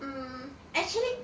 mm actually